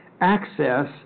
access